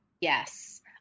Yes